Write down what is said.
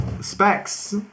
specs